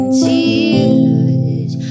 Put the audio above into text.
tears